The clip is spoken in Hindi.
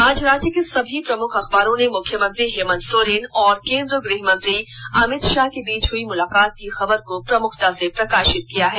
आज राज्य के सभी प्रमुख अखबारों ने मुख्यमंत्री हेमन्त सोरेन और केन्द्रीय गृहमंत्री अभित भााह के बीच हुई मुलाकात की खबर को प्रमुखता से प्रकाप्रित किया है